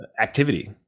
activity